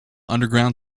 underground